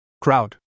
crowd